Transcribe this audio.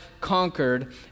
conquered